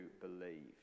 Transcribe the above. believe